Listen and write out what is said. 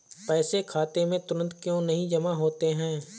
पैसे खाते में तुरंत क्यो नहीं जमा होते हैं?